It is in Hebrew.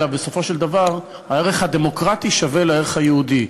אלא בסופו של דבר הערך הדמוקרטי שווה לערך היהודי.